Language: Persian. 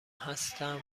هستم